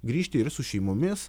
grįžti ir su šeimomis